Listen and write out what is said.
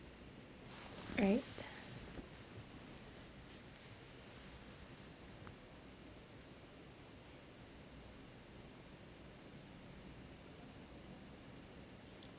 right